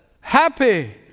happy